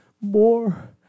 more